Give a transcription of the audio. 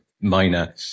minor